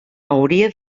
hauria